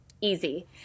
easy